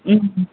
ம்